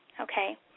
okay